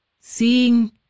seeing